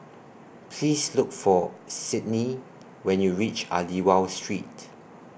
Please Look For Cydney when YOU REACH Aliwal Street